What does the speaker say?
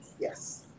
Yes